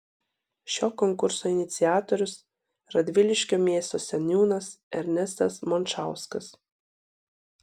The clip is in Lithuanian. šio konkurso iniciatorius radviliškio miesto seniūnas ernestas mončauskas